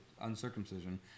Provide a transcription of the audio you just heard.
uncircumcision